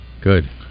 Good